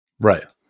Right